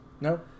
No